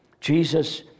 Jesus